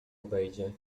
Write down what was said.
obejdzie